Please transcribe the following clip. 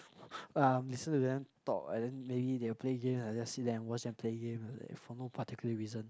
um listen to them talk and then maybe they will play game I just sit there watch them play game for no particular reason